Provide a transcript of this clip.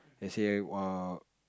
they say uh